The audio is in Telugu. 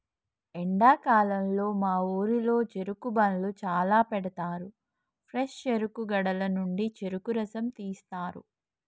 ఎండాకాలంలో మా ఊరిలో చెరుకు బండ్లు చాల పెడతారు ఫ్రెష్ చెరుకు గడల నుండి చెరుకు రసం తీస్తారు